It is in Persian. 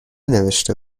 نوشته